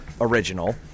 original